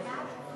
דוד, לא